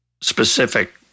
specific